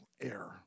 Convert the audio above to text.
air